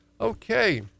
Okay